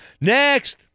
Next